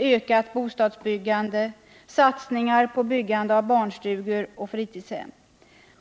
ökat bostadsbyggande och satsningar på byggande av barnstugor och fritidshem.